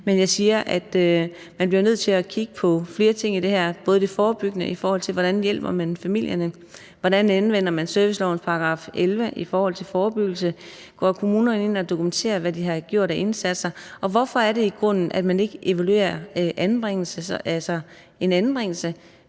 men jeg siger, at man bliver nødt til at kigge på flere ting i det her – både det forebyggende, i forhold til hvordan man hjælper familierne, hvordan man anvender servicelovens § 11 i forhold til forebyggelse, og om kommunerne går ind og dokumenterer, hvad de har gjort af indsatser. Og hvorfor er det i grunden, at man ikke evaluerer en anbringelse?